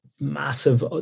massive